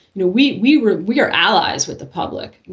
no, we we were we are allies with the public.